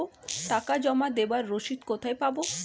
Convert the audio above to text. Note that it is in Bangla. টাকা জমা দেবার রসিদ কোথায় পাব?